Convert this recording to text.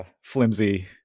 flimsy